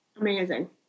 Amazing